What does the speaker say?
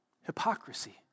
hypocrisy